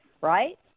right